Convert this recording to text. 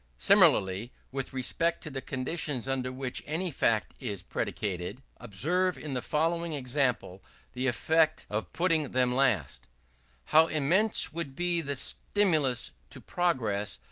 similarly with respect to the conditions under which any fact is predicated. observe in the following example the effect of putting them last how immense would be the stimulus to progress,